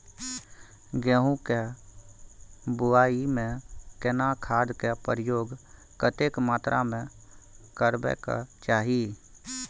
गेहूं के बुआई में केना खाद के प्रयोग कतेक मात्रा में करबैक चाही?